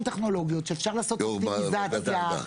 טכנולוגיות שאפשר לעשות -- יו"ר ועדת העבודה.